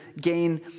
gain